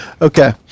Okay